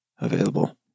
Available